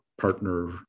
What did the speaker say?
partner